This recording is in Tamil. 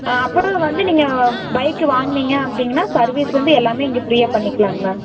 ஆ அப்புறம் வந்து நீங்கள் பைக்கு வாங்குனீங்கள் அப்படிங்கனா சர்வீஸ்லேருந்து எல்லாமே இங்கே ஃப்ரீயாக பண்ணிக்கிலாங்க மேம்